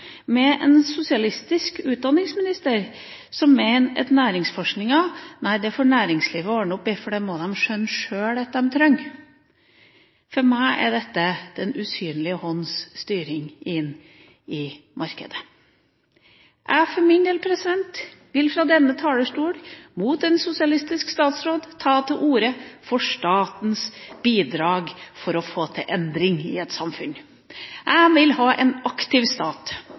med en sosialistisk utdanningsminister, som mener at næringslivet får ordne opp i næringsforskninga, for det må de sjøl skjønne at de trenger. For meg er dette den usynlige hånds styring i markedet. Jeg vil for min del, fra denne talerstolen, mot en sosialistisk statsråd, ta til orde for statens bidrag for å få til endring i et samfunn. Jeg vil ha en aktiv stat.